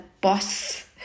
boss